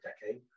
decade